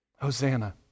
Hosanna